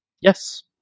Yes